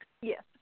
yes